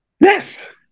Yes